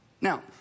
Now